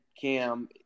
Cam